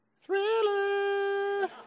Thriller